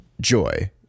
joy